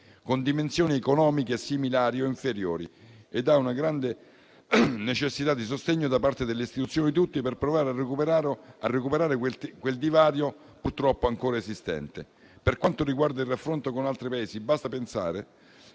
con dimensioni economiche similari o inferiori, ed ha una grande necessità di sostegno da parte delle istituzioni tutte per provare a recuperare quel divario purtroppo ancora esistente. Per quanto riguarda il raffronto con altri Paesi, basti pensare